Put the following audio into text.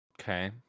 Okay